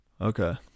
okay